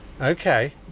Okay